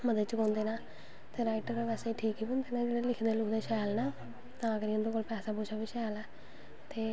ठीक ऐ कमाचां जोड़ी लेईयां म्हूंडे जोड़ी ले एगह् किता फिर सलवार गी चोनां पाईयां मतलव हर चीज़ बक्खरा बकक्खरा सखांदे ऐ मुश्कल